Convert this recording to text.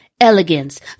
elegance